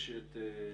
איל,